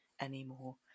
anymore